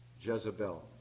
Jezebel